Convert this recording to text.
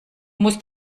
musst